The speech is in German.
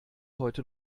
heute